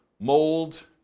mold